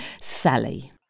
Sally